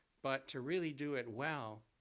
but to really do it well,